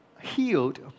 healed